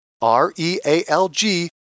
R-E-A-L-G